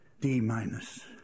D-minus